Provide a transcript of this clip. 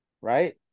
right